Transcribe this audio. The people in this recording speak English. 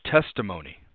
testimony